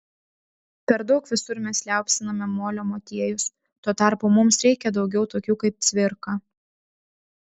per daug visur mes liaupsiname molio motiejus tuo tarpu mums reikia daugiau tokių kaip cvirka